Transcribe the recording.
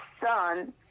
Son